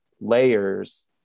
layers